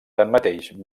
tanmateix